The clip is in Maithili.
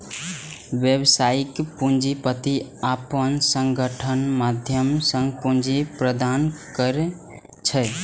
व्यावसायिक पूंजीपति अपन संगठनक माध्यम सं पूंजी प्रदान करै छै